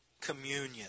communion